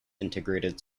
integrated